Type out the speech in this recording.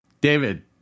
David